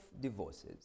divorces